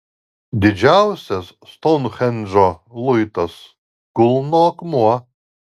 didžiausias stounhendžo luitas kulno akmuo